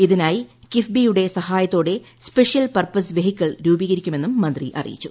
ഇതിനായി കിഫ്ബിയുടെ സഹായത്തോടെ സ്പെഷ്യൽ വെഹിക്കിൾ പർപ്പസ് രൂപീകരിക്കുമെന്നും മന്ത്രി അറിയിച്ചു